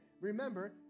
remember